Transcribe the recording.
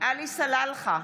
עלי סלאלחה,